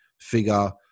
figure